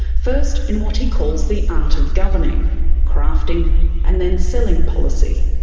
first in what he calls the art of governing crafting and then selling policy.